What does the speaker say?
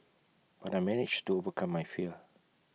but I managed to overcome my fear